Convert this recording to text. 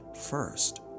first